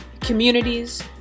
communities